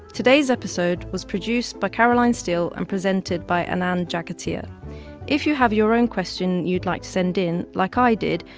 today's episode was produced by caroline steel and presented by anand jagatia. if you have your own question you'd like to send in, like i did,